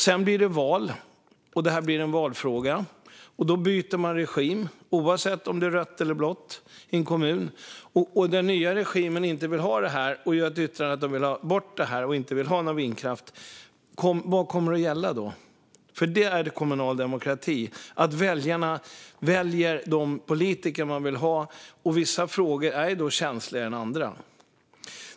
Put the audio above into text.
Sedan blir det val, och detta blir en valfråga. Efter valet byter man regim, oavsett om det är rött eller blått, i en kommun. Den nya regimen vill inte ha detta. De gör ett yttrande om att de inte vill ha någon vindkraft. Vad kommer att gälla då? Det är ju kommunal demokrati att väljarna väljer de politiker de vill ha, och vissa frågor är känsligare än andra.